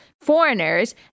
foreigners